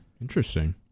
interesting